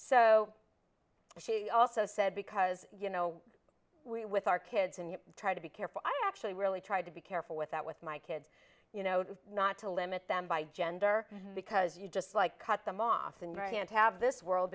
so she also said because you know we with our kids and you try to be careful i actually really tried to be careful with that with my kids you know not to limit them by gender because you just like cut them off and try and have this world